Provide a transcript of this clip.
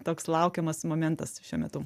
toks laukiamas momentas šiuo metu